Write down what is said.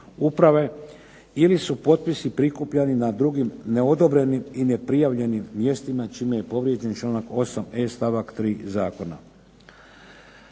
uprave ili su potpisi prikupljani na drugim neodobrenim i neprijavljenim mjestima čime je povrijeđen članak 8e. stavak 3. Zakona.